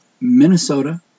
Minnesota